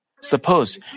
suppose